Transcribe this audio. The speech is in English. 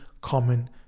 common